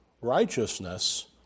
righteousness